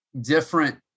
different